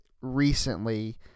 recently